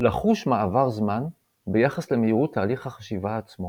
לחוש מעבר זמן ביחס למהירות תהליך החשיבה עצמו.